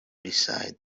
beside